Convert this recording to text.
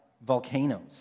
volcanoes